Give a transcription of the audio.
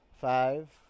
Five